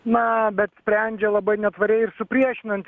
na bet sprendžia labai netvariai ir supriešinant